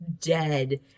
dead